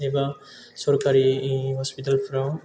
एबा सरखारि हस्पिटालफोराव